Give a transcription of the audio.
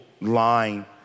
line